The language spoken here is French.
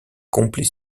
complet